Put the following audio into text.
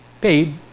paid